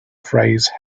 phrase